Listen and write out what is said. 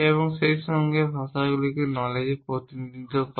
এবং সেই সঙ্গে ভাষাগুলিতে নলেজএর প্রতিনিধিত্ব করা